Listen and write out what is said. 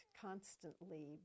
constantly